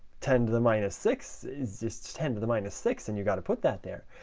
ten to the minus six is just ten to the minus six, and you've got to put that there.